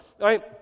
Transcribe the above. right